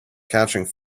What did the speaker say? catching